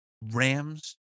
Rams